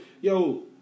Yo